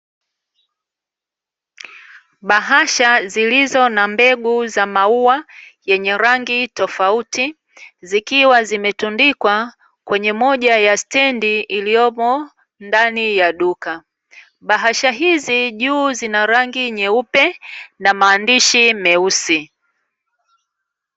Bahasha zilizo na mbegu za maua rangi tofauti zikiwa zimetundikwa kwenye moja ya stendi iliyomo ndani ya duka. Bahasha hizi juu zina rangi nyeupe na maandishi meusi.